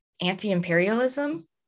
anti-imperialism